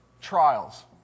Trials